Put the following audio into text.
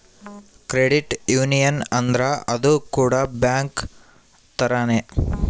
credit union ಅಂದ್ರ ಅದು ಕೂಡ ಬ್ಯಾಂಕ್ ತರಾನೇ